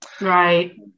Right